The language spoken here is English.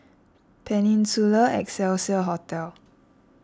Peninsula Excelsior Hotel